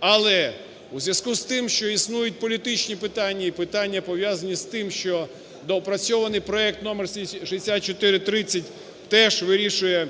Але у зв'язку з тим, що існують політичні питання і питання пов'язані з тим, що доопрацьований проект № 6430 теж вирішує